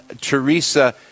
Teresa